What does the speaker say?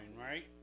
right